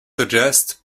suggest